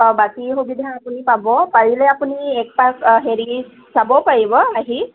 অ' বাকী সুবিধা আপুনি পাব পাৰিলে আপুনি এক পাক হেৰি চাব পাৰিব আহি